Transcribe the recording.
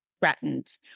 threatened